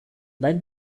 lend